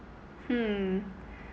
hmm